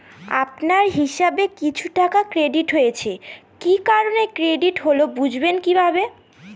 আপনার হিসাব এ কিছু টাকা ক্রেডিট হয়েছে কি কারণে ক্রেডিট হল বুঝবেন কিভাবে?